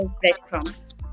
breadcrumbs